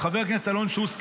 יחד עם חבר הכנסת אלון שוסטר,